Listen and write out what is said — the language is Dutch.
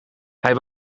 hij